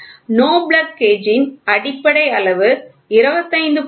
NO GO plug கேஜின் அடிப்படை அளவு 25